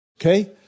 Okay